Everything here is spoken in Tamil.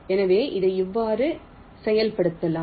எனவே இதை எவ்வாறு செயல்படுத்தலாம்